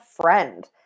friend